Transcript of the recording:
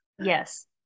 yes